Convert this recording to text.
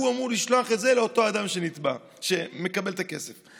והוא אמור לשלוח את זה לאותו אדם שמקבל את הכסף.